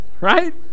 Right